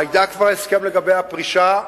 היה כבר הסכם לגבי הפרישה,